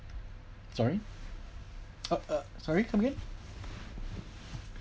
sorry uh uh sorry come again